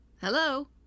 Hello